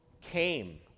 came